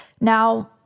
Now